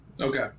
Okay